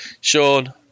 Sean